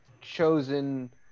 chosen